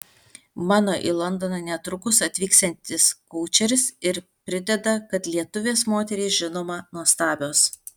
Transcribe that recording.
mano į londoną netrukus atvyksiantis koučeris ir prideda kad lietuvės moterys žinoma nuostabios